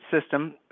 system